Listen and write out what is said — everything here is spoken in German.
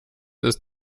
ist